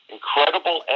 Incredible